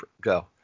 go